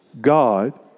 God